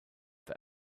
that